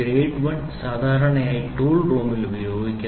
grade 1 സാധാരണയായി tool റൂമിൽ ഉപയോഗിക്കുന്നു